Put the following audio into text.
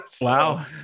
Wow